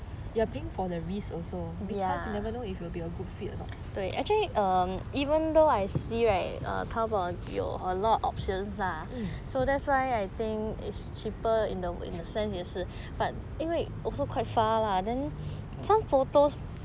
you're paying for the risk also because you never know if it will be a good fit or not